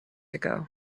ago